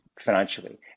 financially